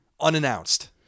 unannounced